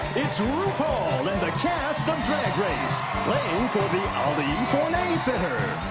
it's rupaul and the cast of drag race playing for the ali and forney center.